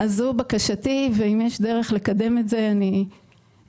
זו בקשתי, ואם יש דרך לקדם אותה, אני רתומה.